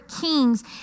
kings